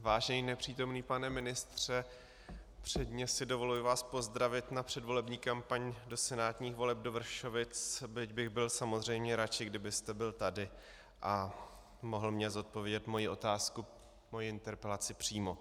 Vážený nepřítomný pane ministře, předně si dovoluji vás pozdravit na předvolební kampaň do senátních voleb do Vršovic, byť bych byl samozřejmě radši, kdybyste byl tady a mohl mně zodpovědět moji interpelaci přímo.